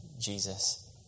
Jesus